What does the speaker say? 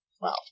Wow